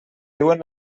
diuen